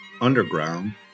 Underground